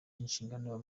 inshingano